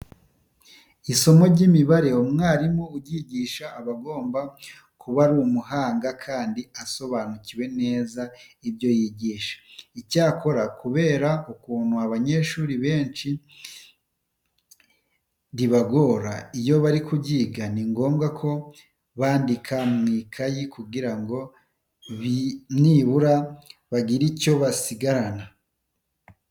Isomo ry'imibare umwarimu uryigisha aba agomba kuba ari umuhanga kandi asobanukiwe neza ibyo yigisha. Icyakora kubera ukuntu abanyeshuri benshi ribagora iyo bari kuryiga, ni ngombwa ko bandika mu ikayi kugira ngo nibura bagire icyo basigarana.